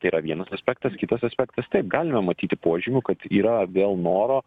tai yra vienas aspektas kitas aspektas taip galime matyti požymių kad yra vėl noro